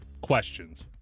questions